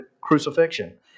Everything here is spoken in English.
crucifixion